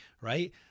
right